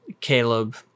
Caleb